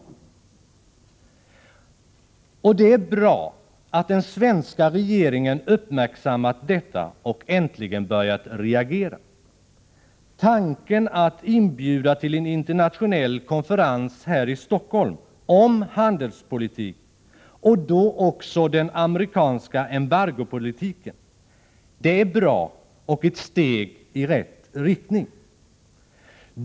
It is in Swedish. Det är bra att den svenska regeringen har uppmärksammat detta och äntligen börjat reagera. Tanken att inbjuda till en internationell konferens här i Stockholm om handelspolitik — och då också den amerikanska embargopolitiken — är bra och ett steg i rätt riktning.